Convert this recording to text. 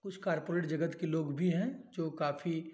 कुछ कॉरपोरेट जगत के लोग भी हैं जो काफ़ी